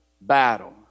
battle